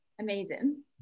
Amazing